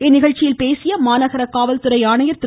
இந்நிகழ்ச்சியில் பேசிய மாநகர காவல் ஆணையர் திரு